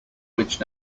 which